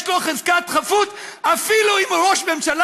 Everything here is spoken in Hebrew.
יש לו חזקת חפות אפילו אם הוא ראש ממשלה,